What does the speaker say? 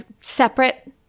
separate